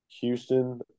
houston